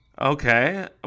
Okay